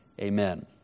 Amen